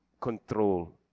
control